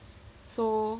so